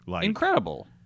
Incredible